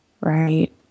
Right